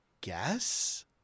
guess